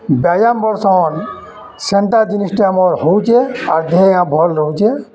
ବ୍ୟାୟାମ ବଏଲ୍ସନ୍ ସେନ୍ତା ଜିନିଷ୍ଟେ ଆମର୍ ହେଉଛେ ଆର୍ ଦେହେ ଭଲ୍ ରହୁଛେ